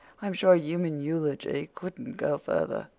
i'm sure human eulogy couldn't go further.